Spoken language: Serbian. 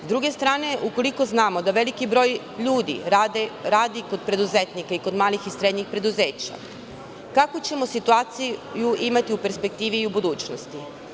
S druge strane, ukoliko znamo da veliki broj ljudi radi kod preduzetnika i kod malih i srednjih preduzeća, kakvu ćemo situaciju imati u perspektivi u budućnosti?